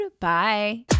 Bye